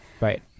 Right